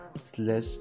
slash